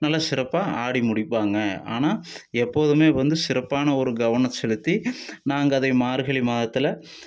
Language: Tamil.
நல்லா சிறப்பாக ஆடி முடிப்பாங்க ஆனால் எப்போதும் வந்து சிறப்பான ஒரு கவனம் செலுத்தி நாங்கள் அதை மார்கழி மாதத்தில்